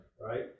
right